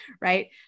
right